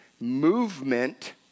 movement